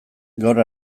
gaur